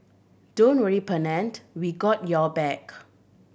don't worry Pennant we got your back